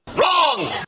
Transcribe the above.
wrong